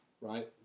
right